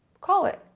call it.